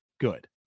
good